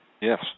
Yes